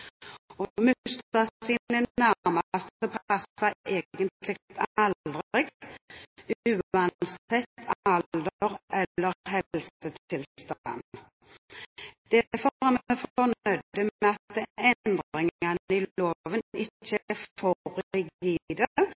alder eller helsetilstand. Derfor er vi fornøyd med at endringene i loven ikke